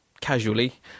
casually